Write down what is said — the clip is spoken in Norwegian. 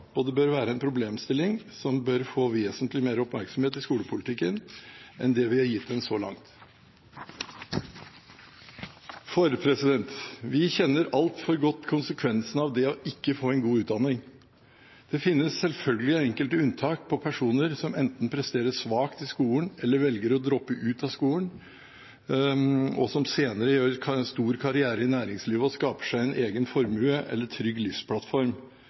og det bør være en problemstilling som bør få vesentlig mer oppmerksomhet i skolepolitikken enn det vi har gitt den så langt. For vi kjenner altfor godt konsekvensene av ikke å få en god utdanning. Det finnes selvfølgelig enkelte unntak, personer som enten presterer svakt i skolen eller velger å droppe ut av skolen, og som senere gjør stor karriere i næringslivet og skaper seg en egen formue eller trygg livsplattform,